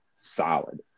solid